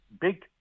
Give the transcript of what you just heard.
big